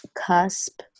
cusp